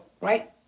right